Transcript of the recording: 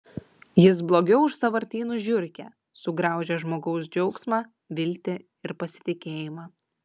jis blogiau už sąvartynų žiurkę sugraužia žmogaus džiaugsmą viltį ir pasitikėjimą